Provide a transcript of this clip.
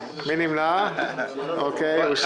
הצבעה בעד - רוב נגד אין נמנעים - אין